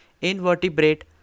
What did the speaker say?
invertebrate